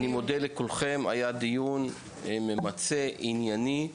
אני מודה לכולכם, היה דיון ממצה, ענייני.